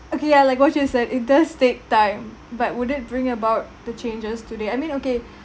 okay yeah like what you said it does take time but would it bring about the changes to their I mean okay